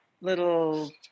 little